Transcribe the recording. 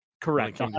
Correct